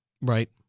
Right